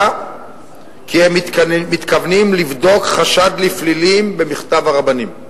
כי הם מתכוונים לבדוק חשד לפלילים במכתב הרבנים.